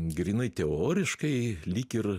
grynai teoriškai lyg ir